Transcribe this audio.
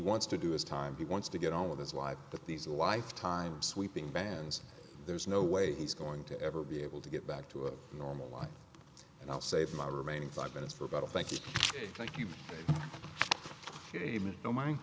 wants to do is time he wants to get on with his life that these a life time sweeping bans there is no way he's going to ever be able to get back to a normal life and i'll save my remaining five minutes for about a thank you thank you